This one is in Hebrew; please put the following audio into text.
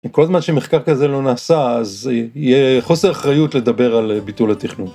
כל זמן שמחקר כזה לא נעשה אז יהיה חוסר אחריות לדבר על ביטול התכנון.